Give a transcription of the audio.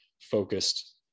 focused